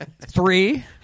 three